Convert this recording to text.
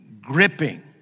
gripping